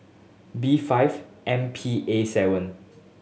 B five M P A seven